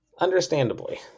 Understandably